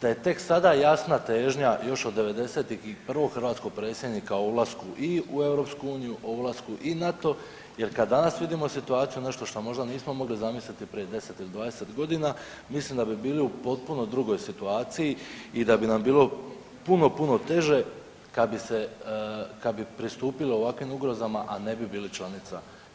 da je tek sada jasna težnja još od '90.-tih i prvog hrvatskog predsjednika o ulasku i u EU o ulasku i u NATO jer kada danas vidimo situaciju nešto što možda nismo mogli zamisliti prije 10 ili 20 godina mislim da bi bilo u potpuno drugoj situaciji i da bi nam bilo puno, puno teže kad bi pristupili ovakvim ugrozama, a ne bi bili članica EU-a i NATO-a.